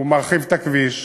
הוא מרחיב את הכביש,